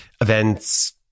events